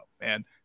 man